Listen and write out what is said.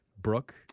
Brooke